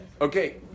okay